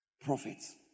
prophets